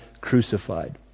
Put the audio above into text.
crucified